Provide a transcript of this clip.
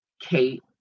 Kate